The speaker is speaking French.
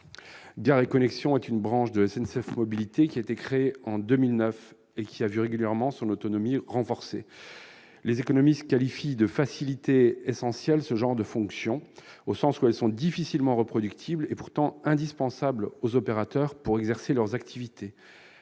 Gares & Connexions. Cette branche de SNCF Mobilités, créée en 2009, a vu régulièrement son autonomie renforcée. Les économistes qualifient de facilités essentielles ce genre de fonctions, dans la mesure où elles sont difficilement reproductibles. Pourtant, elles sont indispensables aux opérateurs pour exercer leurs activités.